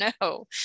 No